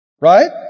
Right